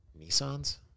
Nissan's